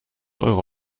euro